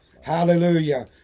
Hallelujah